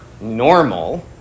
normal